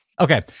Okay